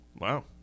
Wow